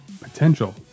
potential